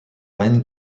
reine